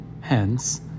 Hence